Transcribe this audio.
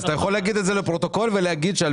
אז אתה יכול להגיד את זה לפרוטוקול ולהגיד שעל